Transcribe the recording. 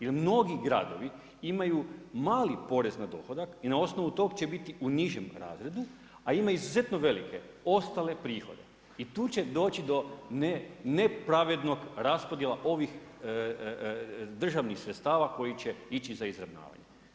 Jer mnogi gradovi imaju mali porez na dohodak i na osnovu toga će biti u nižem razredu a imaju izuzetno velike ostale prihode i tu će doći do nepravedne raspodjele ovih državnih sredstava koje ići za izravnavanje.